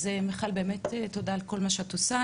אז מיכל באמת תודה על כל מה שאת עושה.